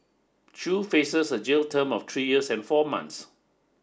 Chew faces a jail term of three years and four months